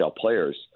players